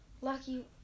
lucky